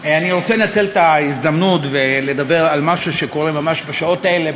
אני רוצה לנצל את ההזדמנות ולדבר על משהו שקורה ממש בשעות האלה,